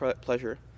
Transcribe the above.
pleasure